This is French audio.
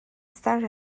stage